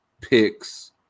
picks